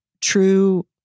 true